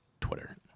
Twitter